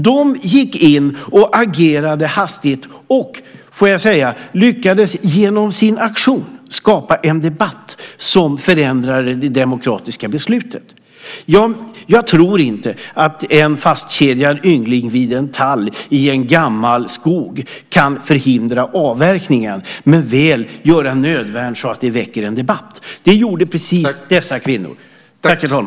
De gick in och agerade hastigt och, får jag säga, lyckades genom sin aktion skapa en debatt som förändrade det demokratiska beslutet. Jag tror inte att en fastkedjad yngling vid en tall i en gammal skog kan förhindra avverkningen men väl göra nödvärn så att det väcker debatt. Det var precis det dessa kvinnor gjorde.